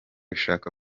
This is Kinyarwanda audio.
ishaka